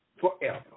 forever